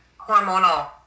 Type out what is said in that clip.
hormonal